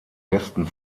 westen